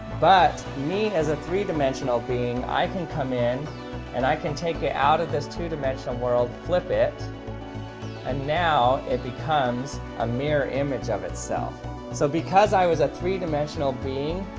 but me as a three-dimensional being i can come in and i can take it out of this two-dimensional world flip it and now it becomes a mirror image of itself so because i was a three-dimensional being,